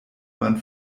man